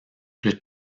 plus